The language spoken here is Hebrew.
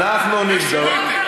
אנחנו נבדוק.